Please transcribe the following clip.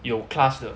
有 class 的